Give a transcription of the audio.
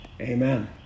Amen